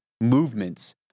movements